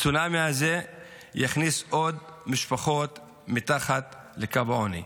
הצונאמי הזה יכניס עוד משפחות מתחת לקו העוני.